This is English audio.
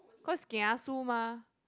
cause kiasu mah